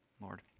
Lord